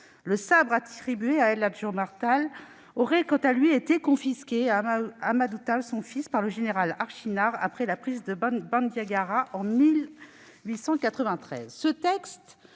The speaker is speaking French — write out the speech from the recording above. Le sabre attribué à El Hadj Omar Tall aurait, quant à lui, été confisqué à Ahmadou Tall, son fils, par le général Archinard après la prise de Bandiagara en 1893.